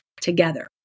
together